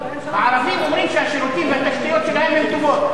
הערבים אומרים שהשירותים והתשתיות שלהם הם טובים.